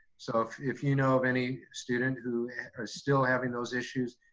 so if you know of any student who is still having those issues,